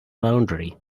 laundry